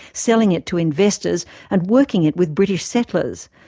selling it to investors and working it with british settlers.